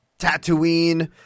Tatooine